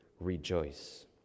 rejoice